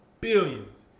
Billions